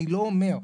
אז אני לא אומר,